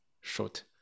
short